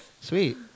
Sweet